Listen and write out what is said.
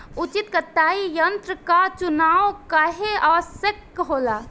उचित कटाई यंत्र क चुनाव काहें आवश्यक होला?